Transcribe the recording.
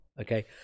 Okay